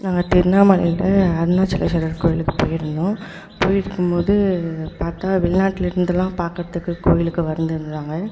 நாங்க திருவண்ணாமலையில் அருணாச்சலேஸ்வரர் கோவிலுக்கு போய்ருந்தோம் போய்ருக்கும்போது பார்த்தா வெளிநாட்டில் இருந்துலாம் பார்க்குறத்துக்கு கோவிலுக்கு வந்திருந்தாங்க